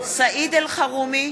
סעיד אלחרומי,